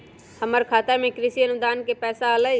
हमर खाता में कृषि अनुदान के पैसा अलई?